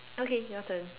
okay your turn